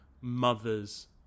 mother's